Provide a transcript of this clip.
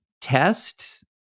test